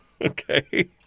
Okay